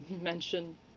mention